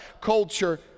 culture